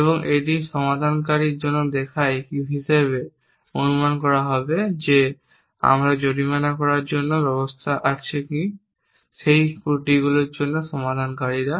এবং এটি সমাধানকারীদের জন্য দেখায় হিসাবে অনুমান করা হবে যে আমাদের জরিমানা করার জন্য ব্যবস্থা আছে কি সেই ত্রুটিগুলির জন্য সমাধানকারীরা